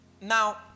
Now